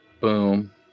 Boom